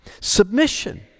Submission